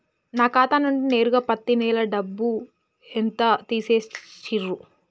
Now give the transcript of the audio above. నా ఖాతా నుండి నేరుగా పత్తి నెల డబ్బు ఎంత తీసేశిర్రు?